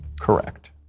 correct